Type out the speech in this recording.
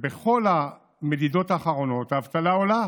ובכל המדידות האחרונות האבטלה עולה.